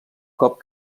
cop